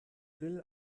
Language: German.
grill